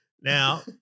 now